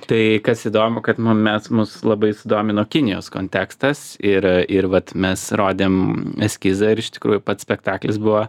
tai kas įdomu kad mes mus labai sudomino kinijos kontekstas ir ir vat mes rodėm eskizą ir iš tikrųjų pats spektaklis buvo